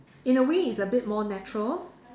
in a way it's a bit more natural